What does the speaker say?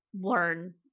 learn